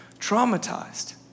traumatized